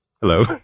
Hello